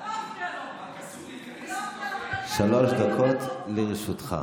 אומר משהו אחד, והפוך, שלוש דקות לרשותך.